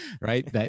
right